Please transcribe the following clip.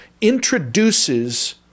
introduces